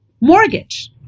mortgage